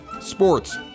sports